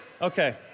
Okay